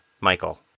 Michael